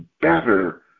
better